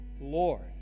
Lord